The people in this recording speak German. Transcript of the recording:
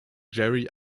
jerry